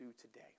today